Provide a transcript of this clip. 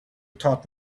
taught